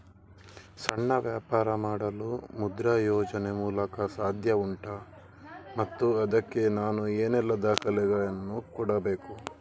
ಸಣ್ಣ ವ್ಯಾಪಾರ ಮಾಡಲು ಮುದ್ರಾ ಯೋಜನೆ ಮೂಲಕ ಸಾಧ್ಯ ಉಂಟಾ ಮತ್ತು ಅದಕ್ಕೆ ನಾನು ಏನೆಲ್ಲ ದಾಖಲೆ ಯನ್ನು ಕೊಡಬೇಕು?